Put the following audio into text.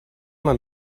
man